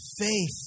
Faith